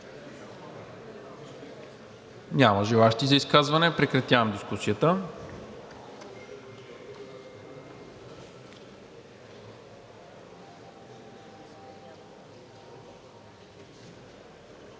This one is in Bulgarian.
Няма желаещи за изказвания. Прекратявам дискусията.